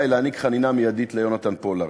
להעניק חנינה מיידית ליונתן פולארד.